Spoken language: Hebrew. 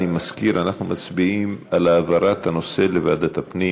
אני מזכיר שאנחנו מצביעים על העברת הנושא לוועדת הפנים.